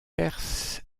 perses